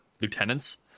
lieutenants